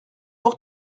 pour